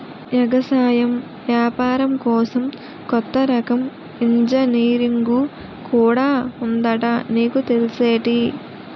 ఎగసాయం ఏపారం కోసం కొత్త రకం ఇంజనీరుంగు కూడా ఉందట నీకు తెల్సేటి?